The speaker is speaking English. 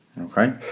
Okay